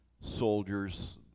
soldiers